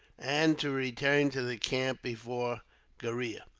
and to return to the camp before gheriah.